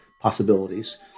possibilities